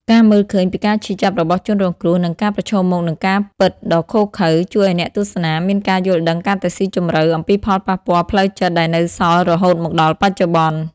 ការមើលឃើញពីការឈឺចាប់របស់ជនរងគ្រោះ និងការប្រឈមមុខនឹងការពិតដ៏ឃោរឃៅ ជួយឲ្យអ្នកទស្សនាមានការយល់ដឹងកាន់តែស៊ីជម្រៅអំពីផលប៉ះពាល់ផ្លូវចិត្តដែលនៅសល់រហូតមកដល់បច្ចុប្បន្ន។